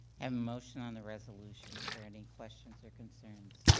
and motion on the resolution. are there any questions or concerns?